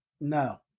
No